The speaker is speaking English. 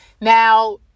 Now